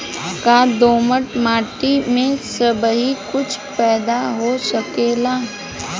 का दोमट माटी में सबही कुछ पैदा हो सकेला?